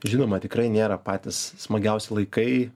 žinoma tikrai nėra patys smagiausi laikai